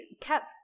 kept